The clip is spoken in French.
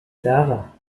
tard